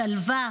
שלווה,